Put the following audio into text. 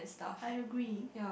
I agree